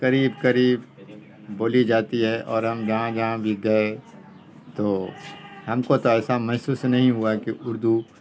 قریب قریب بولی جاتی ہے اور ہم جہاں جہاں بھی گئے تو ہم کو تو ایسا محسوس نہیں ہوا کہ اردو